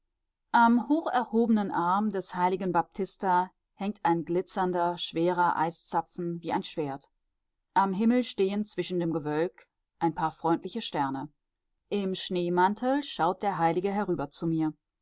am hocherhobenen arm des heiligen baptista hängt ein glitzernder schwerer eiszapfen wie ein schwert am himmel stehen zwischen dem gewölk ein paar freundliche sterne im schneemantel schaut der heilige herüber zu mir